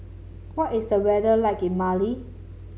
what is the weather like in Mali